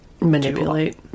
Manipulate